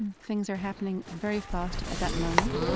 things are happening very fast at that moment,